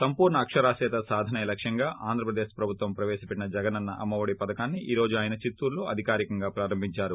సంపూర్ణ అకరాస్యత సాధనే లక్యంగా ఆంధ్రప్రదేక్ ప్రభుత్వం ప్రవేశపెట్టిన జగనన్న అమ్మఒడి పథకాన్ని ఈ రోజు ఆయన చిత్తూరులో అధికారికంగా ప్రారంభిందారు